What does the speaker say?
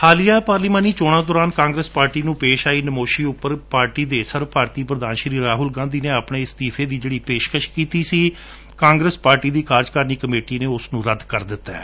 ਹਾਲੀਆ ਪਾਰਲੀਮਾਨੀ ਚੋਣਾਂ ਦੌਰਾਨ ਕਾਂਗਰਾਸ ਪਾਰਟੀ ਨੂੰ ਪੇਸ਼ ਆਈ ਨਾਮੌਸ਼ੀ ਊਪਰ ਪਾਰਟੀ ਦੇ ਸਰਬ ਭਾਰਡੀ ਪ੍ਰਧਾਨ ਸ਼ੀ ਰਾਹੁਲ ਗਾਂਧੀ ਨੇ ਆਪਣੇ ਇਸਤੀਫੇ ਦੀਂ ਜਿਹੜੀ ਪੇਸ਼ਕਸ਼ ਕੀਤੀ ਸੀ ਕਾਂਗਰਸ ਪਾਰਟੀ ਦੀ ਕਾਰਜਕਾਰਣੀ ਕਮੇਟੀ ਨੇ ਉਸਨੂੰ ਰੱਦ ਕਰ ਦਿੱਤੈ